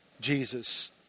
Jesus